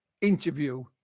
interview